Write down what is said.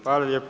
Hvala lijepo.